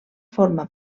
forma